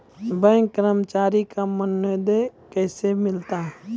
Bank कर्मचारी का मानदेय कैसे मिलता हैं?